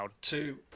two